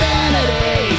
Vanity